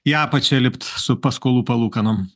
į apačią lipt su paskolų palūkanom